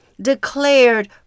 declared